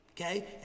Okay